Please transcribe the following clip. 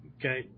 Okay